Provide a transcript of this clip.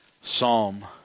Psalm